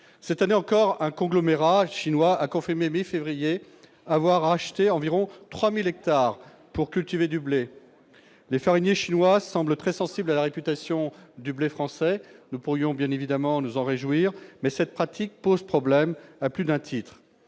Cette année encore, un conglomérat chinois a confirmé à la mi-février avoir racheté environ 3 000 hectares pour cultiver du blé. Les fariniers chinois semblent très sensibles à la réputation du blé français. Nous pourrions nous en réjouir, mais cette pratique pose problème à plus d'un titre.